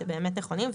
שהם באמת נכונים,